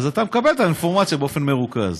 אתה מקבל את האינפורמציה באופן מרוכז.